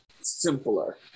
simpler